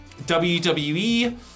wwe